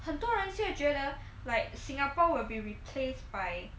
很多人现在觉得 like singapore will be replaced by